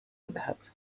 بدهد